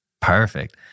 perfect